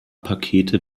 pakete